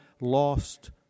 lost